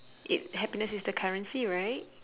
it happiness is the currency right